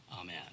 Amen